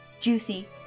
Juicy